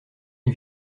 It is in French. une